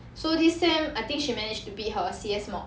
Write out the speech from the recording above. so this sem I think she manage to beat her C_S mod